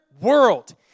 world